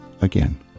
again